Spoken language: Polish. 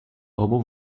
obu